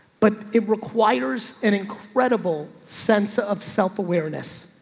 but it requires an incredible sense of self awareness.